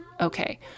Okay